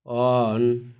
on